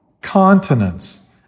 continents